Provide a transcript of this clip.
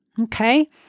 okay